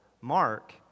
Mark